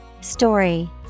Story